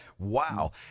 wow